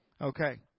Okay